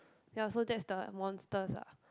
ya so that's the monsters ah